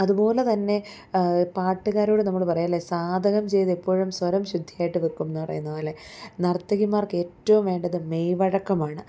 അതുപോലെ തന്നെ പാട്ടുകാരോട് നമ്മള് പറയില്ലേ സാധകം ചെയ്തെപ്പോഴും സ്വരം ശുദ്ധിയായിട്ട് വെക്കുമെന്ന് പറയുന്നത് പോലെ നർത്തകിമാർക്കേറ്റവും വേണ്ടത് മെയ്വഴക്കമാണ്